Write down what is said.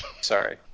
Sorry